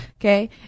okay